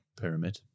pyramid